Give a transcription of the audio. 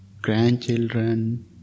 grandchildren